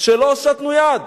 שלא הושטנו יד,